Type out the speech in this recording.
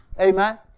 Amen